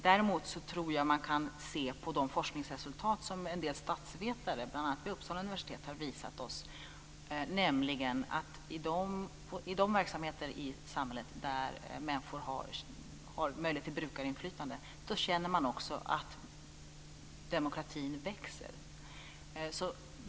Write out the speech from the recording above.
Däremot tror jag att man kan se på de forskningsresultat som en del statsvetare bl.a. vid Uppsala universitet har visat oss, nämligen att i de verksamheter i samhället där människor har möjlighet till brukarinflytande känner man också att demokratin växer.